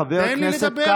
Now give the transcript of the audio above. חבר הכנסת קרעי?